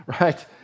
right